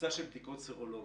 מבצע של בדיקות סרולוגיות,